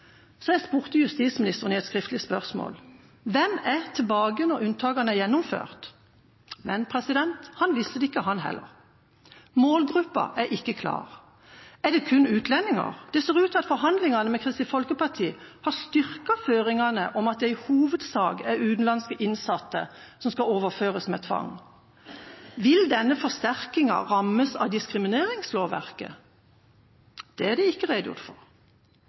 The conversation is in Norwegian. Så jeg spurte justisministeren i et skriftlig spørsmål: Hvem er tilbake når unntakene er gjennomført? Men han visste det ikke han heller. Målgruppa er ikke klar. Er det kun utlendinger? Det ser ut til at forhandlingene med Kristelig Folkeparti har styrket føringene om at det i hovedsak er utenlandske innsatte som skal overføres med tvang. Vil denne forsterkinga rammes av diskrimineringslovverket? Det er det ikke redegjort for.